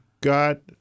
got